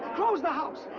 close the house.